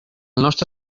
nostre